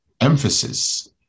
emphasis